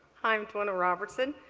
i'm dwanna robertson,